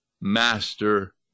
master